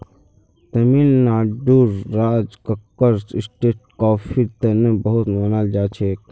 तमिलनाडुर राज कक्कर स्टेट कॉफीर तने बहुत मनाल जाछेक